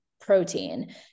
protein